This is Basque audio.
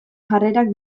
jarrerak